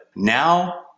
Now